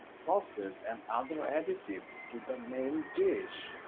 sauces and other additives to the main dish.